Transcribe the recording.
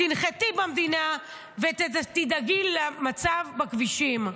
תנחתי במדינה ותדאגי למצב בכבישים.